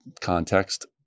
context